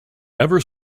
ever